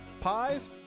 pies